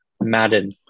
Madden